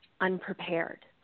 unprepared